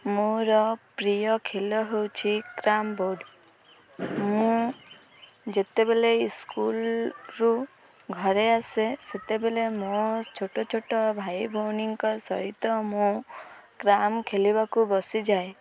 ମୋର ପ୍ରିୟ ଖେଳ ହେଉଛି କ୍ୟାରମ୍ ବୋର୍ଡ଼ ମୁଁ ଯେତେବେଳେ ସ୍କୁଲରୁ ଘରେ ଆସେ ସେତେବେଳେ ମୋ ଛୋଟଛୋଟ ଭାଇ ଭଉଣୀଙ୍କ ସହିତ ମୁଁ କ୍ୟାରମ୍ ଖେଲିବାକୁ ବସିଯାଏ